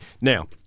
Now